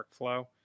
workflow